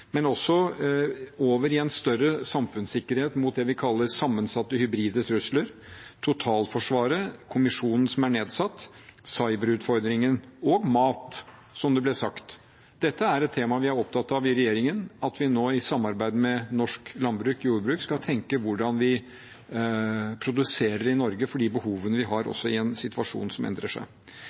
men også over i en større samfunnssikkerhet, mot det vi kaller sammensatte hybride trusler, totalforsvaret, kommisjonen som er nedsatt, cyberutfordringen – og mat, som det ble sagt. Dette er et tema vi er opptatt av i regjeringen, at vi nå, i samarbeid med norsk landbruk og jordbruk, skal tenke på hvordan vi produserer i Norge for de behovene vi har, også i en situasjon som endrer seg.